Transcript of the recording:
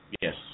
Yes